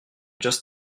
just